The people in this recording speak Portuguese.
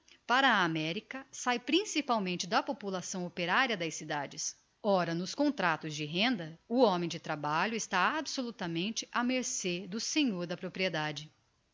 para a america sáe principalmente da população operaria das cidades ora nos contractos de renda o homem de trabalho está absolutamente á mercê do senhor da propriedade